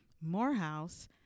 Morehouse